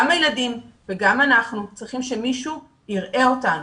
גם הילדים וגם אנחנו צריכים שמישהו יראה אותנו,